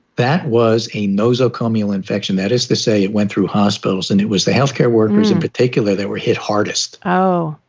that was a nosocomial infection. that is to say, it went through hospitals and it was the health care workers in particular that were hit hardest. oh,